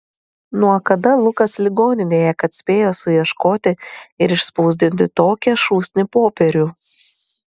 nuo kada lukas ligoninėje kad spėjo suieškoti ir išspausdinti tokią šūsnį popierių